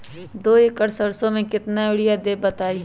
दो एकड़ सरसो म केतना यूरिया देब बताई?